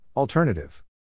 Alternative